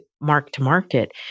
mark-to-market